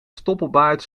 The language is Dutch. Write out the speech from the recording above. stoppelbaard